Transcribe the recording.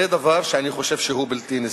זה דבר שאני חושב שהוא בלתי נסבל.